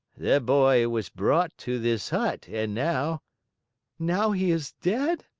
the boy was brought to this hut and now now he is dead?